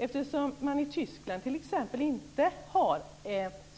I t.ex. Tyskland har man det inte